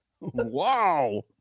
Wow